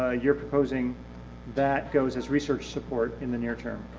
ah you're proposing that goes as research support in the near-term.